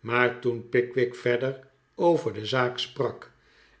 maar toen pickwick verder over de zaak sprak